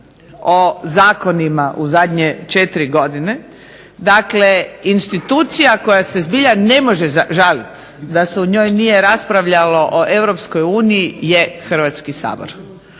o zakonima u zadnje 4 godine. Dakle, institucija koja se zbilja ne može žaliti da se u njoj nije raspravljalo o Europskoj uniji je Hrvatski sabor.